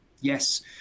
Yes